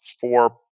Four